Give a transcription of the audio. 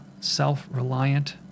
self-reliant